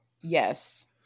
Yes